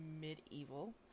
medieval